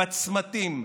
בצמתים,